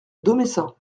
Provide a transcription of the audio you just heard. domessin